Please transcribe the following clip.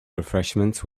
refreshments